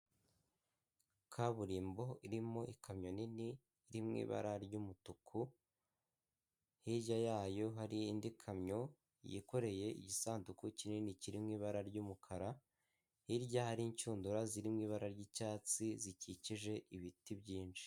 Kaburimbo irimo ikamyo nini iri mu ibara ry'umutuku hirya yayo hari iyindi kamyo yikoreye igisandugu kinini kiri mu ibara ry'umukara hirya hari inshundura ziri mu ibara ry'icyatsi zikikije ibiti byinshi.